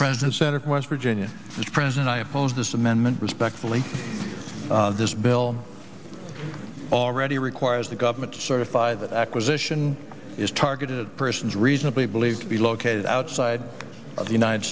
friends and senator west virginia as president i oppose this amendment respectfully this bill already requires the government to certify that acquisition is targeted persons reasonably believed to be located outside of the united